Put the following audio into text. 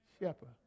shepherd